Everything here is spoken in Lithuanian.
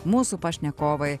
mūsų pašnekovai